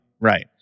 right